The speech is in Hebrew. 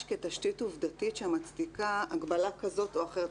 כתשתית עובדתית שמצדיקה הגבלה כזאת או אחרת,